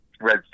Red